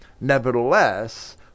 Nevertheless